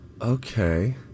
Okay